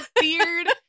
beard